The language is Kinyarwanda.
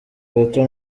gato